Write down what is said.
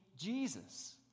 Jesus